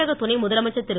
தமிழக துணை முதலமைச்சர் திரு